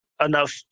enough